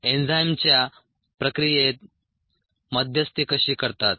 enzyme प्रक्रियेत मध्यस्थी कशी करतात